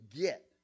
get